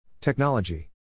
Technology